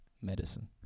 medicine